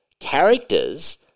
characters